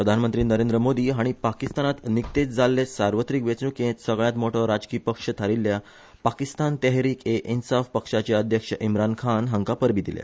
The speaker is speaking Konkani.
प्रधानमंत्री नरेंद्र मोदी हाणी पाकिस्तानात निकतेच जाल्ले सार्वत्रिक वेचणुकेंत सगळ्यांत मोठो राजकी पक्ष थारिल्ल्या पाकिस्तान तेहरिक ए इन्साफ पक्षाचे अध्यक्ष इमरान खान हांका परबी दिल्या